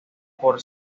por